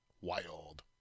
Wild